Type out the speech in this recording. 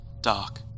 dark